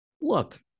look